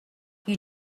you